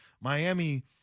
Miami